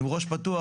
עם ראש פתוח,